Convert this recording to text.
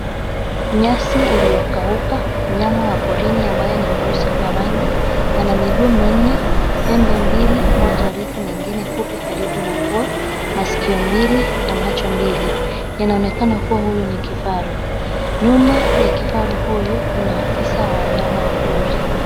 Nyasi iliyokauka. Mnyama wa porini ambaye ni mweusi kwa rangi ana miguu minne, pembe mbili moja refu na ingine fupi karibu na pua, masikio mbili na macho mbili. Inaonekana kuwa huyu ni kifaru. Nyuma ya kifaru huyu kuna afisa wa wanyama wa pori.